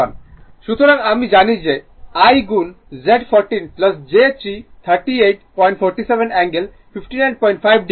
সুতরাং আমি জানি যে I গুণZ14 j 3 3847 অ্যাঙ্গেল 595o পাব